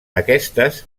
aquestes